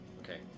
Okay